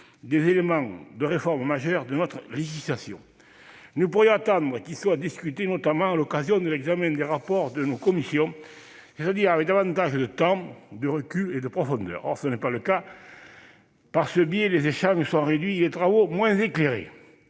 des éléments majeurs de réforme dans notre législation. Nous pourrions attendre qu'ils soient discutés, notamment à l'occasion de l'examen des rapports en commission, c'est-à-dire avec davantage de temps, de recul et de profondeur. Or tel n'est pas le cas : par ce biais, les échanges sont réduits et les travaux moins éclairés.